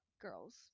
girls